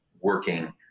working